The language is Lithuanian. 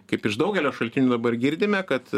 kaip iš daugelio šaltinių dabar girdime kad